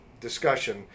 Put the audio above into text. Discussion